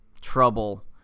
trouble